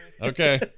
Okay